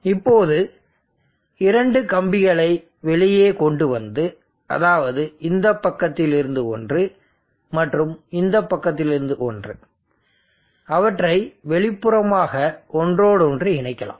இப்போது இரண்டு கம்பிகளை வெளியே கொண்டு வந்து அதாவது இந்த பக்கத்திலிருந்து ஒன்று மற்றும் இந்த பக்கத்திலிருந்து ஒன்று அவற்றை வெளிப்புறமாக ஒன்றோடொன்று இணைக்கலாம்